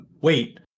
wait